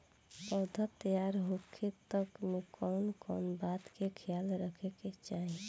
पौधा तैयार होखे तक मे कउन कउन बात के ख्याल रखे के चाही?